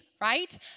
right